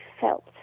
felt